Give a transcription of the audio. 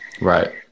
right